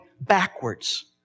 backwards